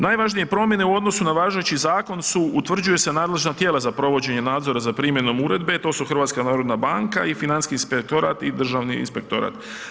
Najvažnije promjene u odnosu na važeći zakon utvrđuje se nadležna tijela za provođenje nadzora za primjenom uredbe to su HNB i Financijski inspektorat i Državni inspektorat.